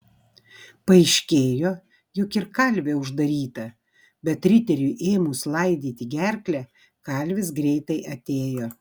paaiškėjo jog ir kalvė uždaryta bet riteriui ėmus laidyti gerklę kalvis greitai atėjo